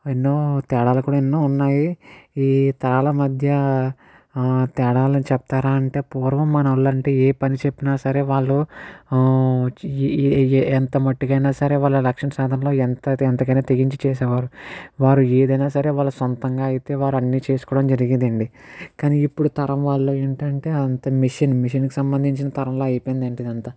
ఎన్నో తేడాలు కూడా ఎన్నో ఉన్నాయి ఈ తరాల మధ్య తేడాలని చెప్తారా అంటే పూర్వం మన వాళ్ళు అంటే ఏ పని చెప్పినా సరే వాళ్ళు ఎంత మటుకైనా సరే వాళ్ళ లక్ష్యం సాధనలో ఎంతైతే ఎంతకైనా తెగించి చేసే వారు వారు ఏదైనా సరే వాళ్ళ సొంతంగా అయితే వాఋ అన్నీ చేసుకోవడం జరిగేదండి కానీ ఇప్పుడు తరం వాళ్ళ ఏంటంటే అంతా మిషన్ మిషన్కు సంబంధించిన తరంలాగా అయిపోయింది ఏంటి ఇదంతా